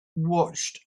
watched